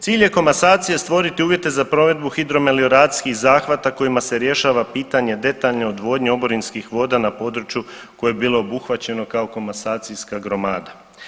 Cilj je komasacije stvoriti uvjete za provedbu hidro melioracijskih zahvata kojima se rješava pitanje detaljne odvodnje oborinskih voda na području koje je bilo obuhvaćeno kao komasacijska gromada.